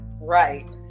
right